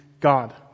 God